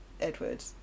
Edward